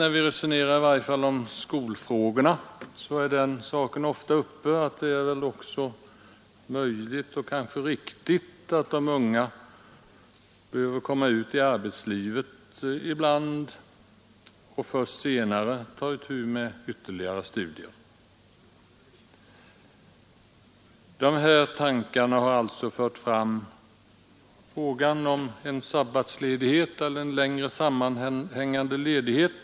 När vi resonerar om skolfrågor framhålls det ofta, att de unga i vissa fall behöver komma ut i arbetslivet för att först senare ta itu med ytterligare studier. Dessa tankar har fört fram till önskemålet om en sabbatsledighet eller en längre sammanhängande ledighet.